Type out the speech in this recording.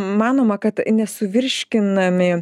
manoma kad nesuvirškinami